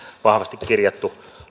vahvasti kirjattu